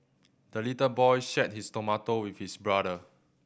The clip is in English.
the little boy shared his tomato with his brother